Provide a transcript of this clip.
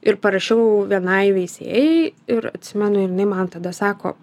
ir parašiau vienai veisėjai ir atsimenu jinai man tada sako